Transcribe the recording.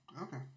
Okay